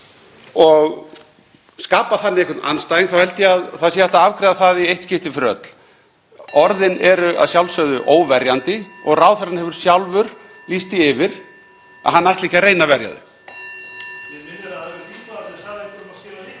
og skapa þannig einhvern andstæðing þá held ég að hægt sé að afgreiða það í eitt skipti fyrir öll. Orðin eru að sjálfsögðu óverjandi og ráðherrann hefur sjálfur lýst því yfir að hann ætli ekki að reyna að